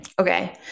Okay